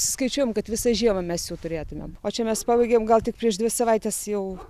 skaičiuojam kad visą žiemą mes turėtumėm o čia mes pabaigėm gal tik prieš dvi savaites jau